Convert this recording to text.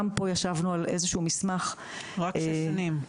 פה ישבנו על איזה שהוא מסמך- -- רק שש שנים.